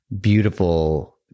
beautiful